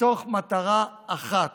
מתוך מטרה אחת,